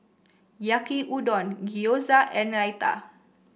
Yaki Udon Gyoza and Raita